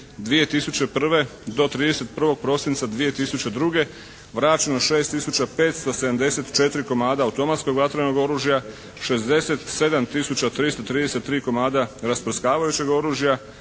2001. do 31. prosinca 2002. vraćeno 6 tisuća 574 komada automatskog vatrenog oružja, 67 tisuća 333 komada rasprskavajućeg oružja,